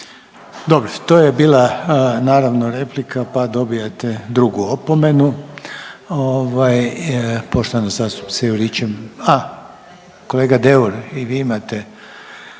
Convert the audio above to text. Dobro, to je bila naravno replika, pa dobijate drugu opomenu, ovaj poštovana zastupnica Juričev, a kolega Deur i vi imate